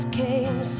came